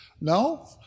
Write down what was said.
No